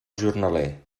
jornaler